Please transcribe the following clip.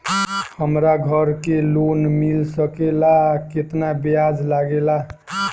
हमरा घर के लोन मिल सकेला केतना ब्याज लागेला?